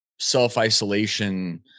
self-isolation